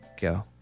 Go